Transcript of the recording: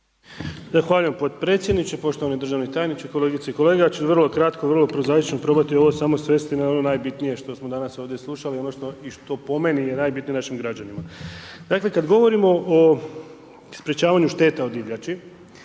Zahvaljujem podpredsjedniče, poštovani državni tajniče, kolegice i kolege. Ja ću vrlo kratko, vrlo prozaično probati ovo samo svesti na ono najbitnije ono što smo danas ovdje slušali i što po meni je najbitnije našim građanima. Dakle, kada govorimo o sprječavanju šteta o divljači,